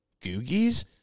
Googies